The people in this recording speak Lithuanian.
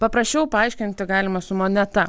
paprasčiau paaiškinti galima su moneta